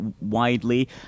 widely